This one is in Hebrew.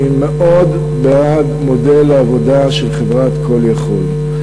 אני מאוד בעד מודל העבודה של חברת "Call יכול".